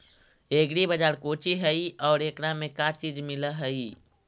Agri बाजार कोची हई और एकरा में का का चीज मिलै हई?